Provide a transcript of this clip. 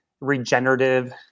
regenerative